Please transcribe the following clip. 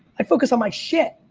i focus on my shit.